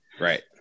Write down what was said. Right